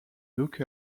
look